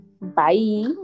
bye